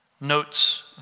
notes